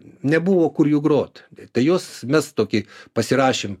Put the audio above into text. nebuvo kur jų grot tai jos mes tokį pasirašėm